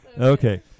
Okay